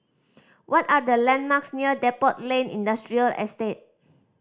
what are the landmarks near Depot Lane Industrial Estate